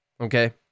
okay